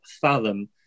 fathom